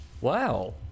Wow